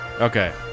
Okay